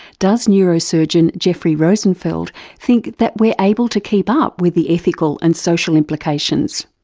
does neurosurgeon jeffrey rosenfeld think that we're able to keep up with the ethical and social implications?